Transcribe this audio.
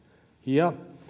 ja